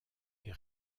est